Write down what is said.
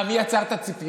אה, מי יצר את הציפיות?